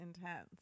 intense